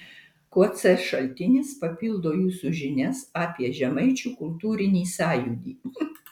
kuo c šaltinis papildo jūsų žinias apie žemaičių kultūrinį sąjūdį